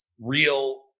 real